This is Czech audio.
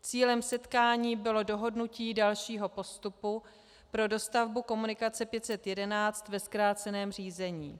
Cílem setkání bylo dohodnutí dalšího postupu pro dostavbu komunikace 511 ve zkráceném řízení.